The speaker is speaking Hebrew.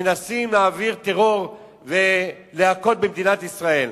מנסים להעביר טרור ולהכות במדינת ישראל,